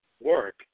work